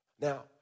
Now